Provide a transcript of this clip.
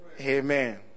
Amen